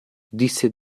disse